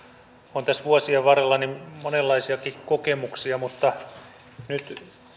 on tässä vuosien varrella monenlaisiakin kokemuksia mutta nyt